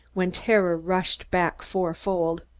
when terror rushed back fourfold.